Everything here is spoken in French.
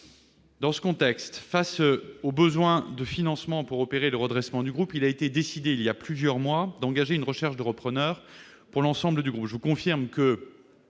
Dans ce contexte, face aux besoins de financement pour opérer le redressement du groupe, il a été décidé il y a plusieurs mois d'engager une recherche de repreneurs pour l'ensemble du groupe.